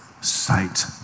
sight